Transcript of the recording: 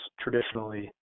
traditionally